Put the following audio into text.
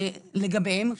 לגביהם,